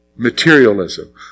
materialism